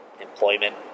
employment